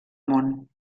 món